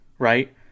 Right